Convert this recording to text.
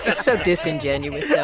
just so disingenuous, yeah